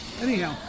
anyhow